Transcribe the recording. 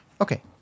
Okay